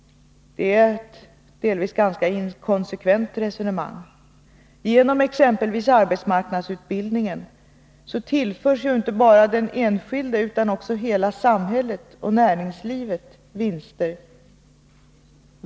Det är ett delvis ganska inkonsekvent resonemang. Genom exempelvis arbetsmarknadsutbildningen tillförs ju inte bara den enskilde utan även hela samhället och näringslivet vinster.